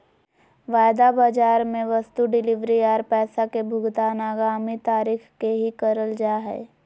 वायदा बाजार मे वस्तु डिलीवरी आर पैसा के भुगतान आगामी तारीख के ही करल जा हय